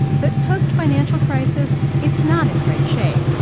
but post-financial crisis, it's not in great shape,